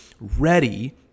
ready